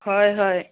হয় হয়